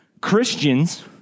Christians